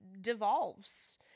devolves